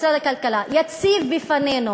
משרד הכלכלה יציג בפנינו